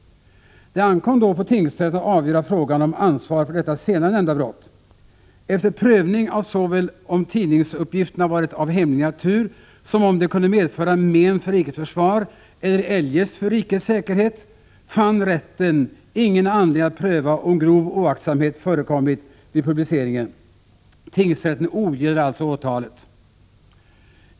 Det ankom då på tingsrätten att avgöra frågan om ansvar för detta Dagbladet senare nämnda brott. Efter prövning av såväl om tidningsuppgifterna varit av hemlig natur som om de kunde medföra men för rikets försvar eller eljest för rikets säkerhet, fann rätten ingen anledning att pröva om grov oaktsamhet förekommit vid publiceringen. Tingsrätten ogillade alltså åtalet.